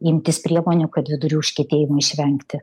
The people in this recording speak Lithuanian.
imtis priemonių kad vidurių užkietėjimo išvengti